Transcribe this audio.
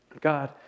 God